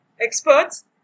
Experts